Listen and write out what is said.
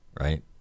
right